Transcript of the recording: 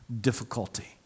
difficulty